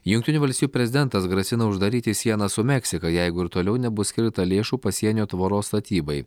jungtinių valstijų prezidentas grasina uždaryti sieną su meksika jeigu ir toliau nebus skirta lėšų pasienio tvoros statybai